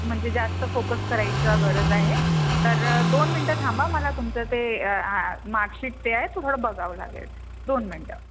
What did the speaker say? म्हणजे जास्त फोकस करायचा गरज आहे तर दोन मिनटं थांबा मला तुमचं ते माकशीट ते आहे थोडं बघावं लागेल दोन मिनटं